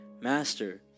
Master